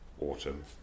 autumn